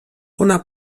ona